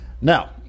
Now